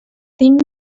tinc